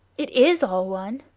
it is all one.